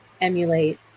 emulate